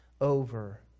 over